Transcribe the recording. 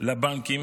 לבנקים